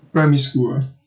primary school ah